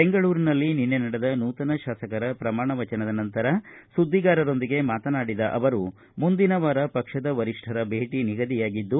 ಬೆಂಗಳೂರಿನಲ್ಲಿ ನಿನ್ನೆ ನಡೆದ ನೂತನ ಶಾಸಕರ ಪ್ರಮಾಣವಚನದ ನಂತರ ಸುದ್ದಿಗಾರರೊಂದಿಗೆ ಮಾತನಾಡಿದ ಅವರು ಮುಂದಿನ ವಾರ ಪಕ್ಷದ ವರಿಷ್ಠರ ಭೇಟಿ ನಿಗದಿಯಾಗಿದ್ದು